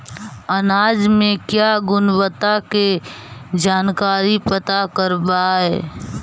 अनाज मे क्या गुणवत्ता के जानकारी पता करबाय?